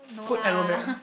put aloe vera